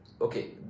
okay